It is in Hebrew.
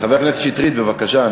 חבר הכנסת שטרית, בבקשה.